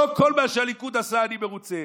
לא מכל מה שהליכוד עשה אני מרוצה,